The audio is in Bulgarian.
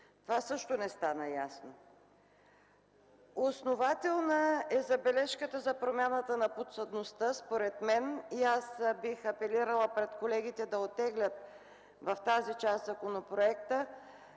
Това също не стана ясно. Основателна е забележката за промяна на подсъдността, според мен и аз бих апелирала пред колегите да оттеглят законопроекта